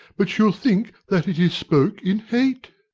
but she'll think that it is spoke in hate.